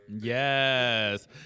Yes